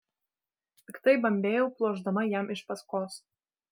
piktai bambėjau pluošdama jam iš paskos